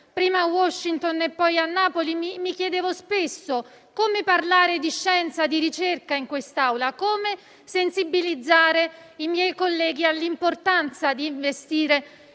prima a Washington e poi a Napoli, mi chiedevo spesso come parlare di scienza e di ricerca in quest'Aula e come sensibilizzare i miei colleghi sull'importanza di investire